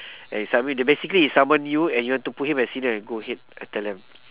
and insult me they basically is someone new and you want to put him as senior go ahead I tell them